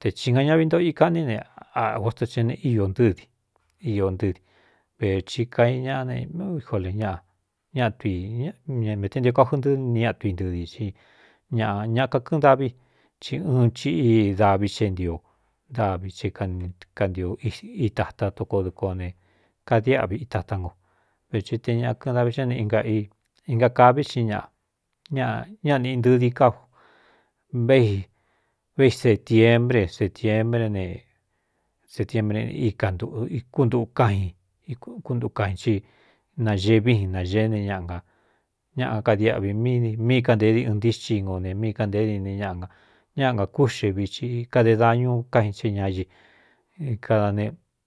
te csī gan ñaꞌvi ntoꞌo ikaꞌ ní ne agosto ce ne io ntɨ́di iō ntɨdi vēchi kaiñaꞌa neijo l ñaꞌa ñaui mete ntio káju ntɨɨ nia tu intɨdi i ñaꞌa ñaꞌkakɨ́ꞌɨn dâvi ci ɨn chi í davi xe é ntio davi ci kantio itata tokoo duko ne kadiáꞌvi itatá ngo veti te ñaꞌ kɨꞌɨn davi xé ne ina inga kaví xi ñaꞌa ñꞌñaꞌa nīꞌi ntɨdi i káju véi vei setiembre setiembré ne setiembre íkantꞌu ikúntuu kájin kuntu kain ci nañee vi n nañeé ne ñꞌ a ñaꞌakadiáꞌvi m míi kanteé di ɨn ntíxi ngo ne míi kanteé dini ñaꞌa a ñá nga kúꞌxe viti ikade dañu kájin che ñañi ikada ne.